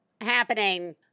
happening